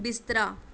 ਬਿਸਤਰਾ